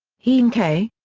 henkei!